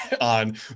On